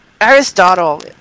Aristotle